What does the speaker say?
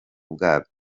bwabyo